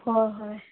ꯍꯣ ꯍꯣꯏ